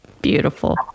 beautiful